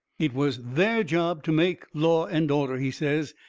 it was their job to make law and order, he says,